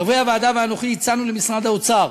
חברי הוועדה ואנוכי הצענו למשרד האוצר